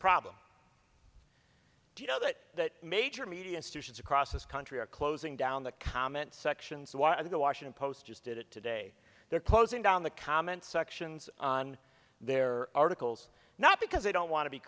problem you know that major media institutions across this country are closing down the comment sections of the washington post just did it today they're closing down the comments sections on their articles not because they don't want to be